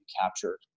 captured